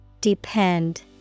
Depend